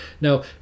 Now